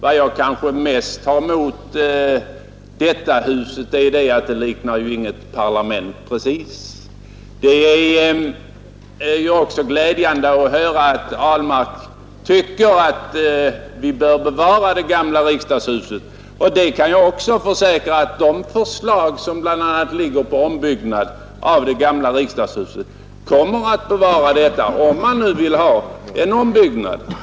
Vad jag kanske mest har emot det hus i vilket vi nu arbetar är att det inte liknar något parlament. Det bör ett sådant hus göra. Det är också glädjande att höra att herr Ahlmark tycker att vi bör bevara det gamla riksdagshuset. Jag kan försäkra att de förslag som nu gått ut på ombyggnad av det gamla riksdagshuset kommer att bevara detta — om man nu vill ha en ombyggnad.